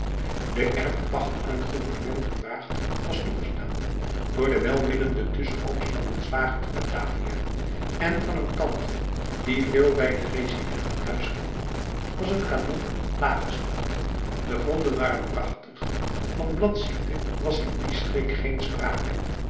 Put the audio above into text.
de erfpacht aan het gouvernement gevraagd was toegestaan door de welwillende tussenkomst van een zwager te batavia en van een tante die veel bij de resident aan huis kwam was de canon laag gesteld de gronden waren prachtig van bladziekte was in die streek geen sprake